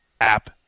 app